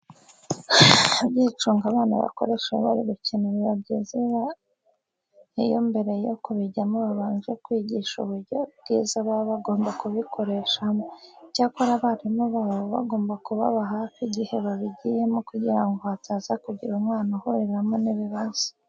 Ibyicungo abana bakoresha iyo bari gukina biba byiza iyo mbere yo kubijyamo babanje kwigisha uburyo bwiza baba bagomba kubikoreshamo. Icyakora abarimu babo baba bagomba kubaba hafi igihe babigiyemo kugira ngo hataza kugira umwana uhuriramo n'ibibazo.